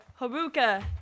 Haruka